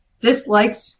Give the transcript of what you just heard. disliked